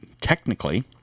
Technically